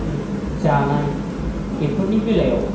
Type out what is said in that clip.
जानाय बेफोरनि बेलायाव